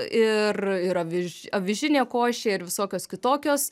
ir ir avi avižinė košė ir visokios kitokios